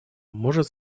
может